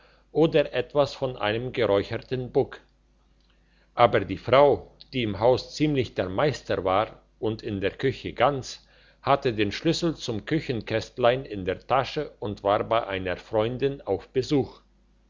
oder etwas von einem geräucherten bug aber die frau die im haus ziemlich der meister war und in der küche ganz hatte den schlüssel zum küchenkästlein in der tasche und war bei einer freundin auf besuch